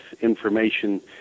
information